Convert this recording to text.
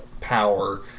power